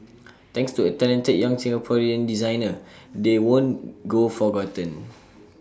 thanks to A talented young Singaporean designer they won't go forgotten